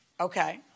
Okay